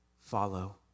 follow